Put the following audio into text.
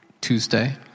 Tuesday